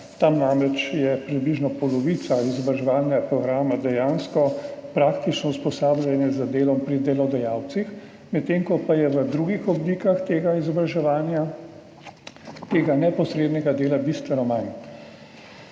Tam je namreč približno polovica izobraževalnega programa dejansko praktično usposabljanje za delo pri delodajalcih, medtem ko je v drugih oblikah tega izobraževanja tega neposrednega dela bistveno manj.